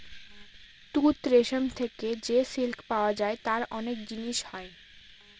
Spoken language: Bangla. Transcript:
তুত রেশম থেকে যে সিল্ক পাওয়া যায় তার অনেক জিনিস হয়